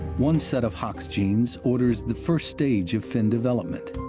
one set of hox genes orders the first stage of fin development,